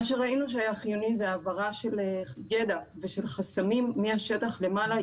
מה שראינו שהיה חיוני הוא העברה של ידע ושל חסמים מהשטח למעלה.